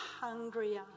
hungrier